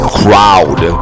crowd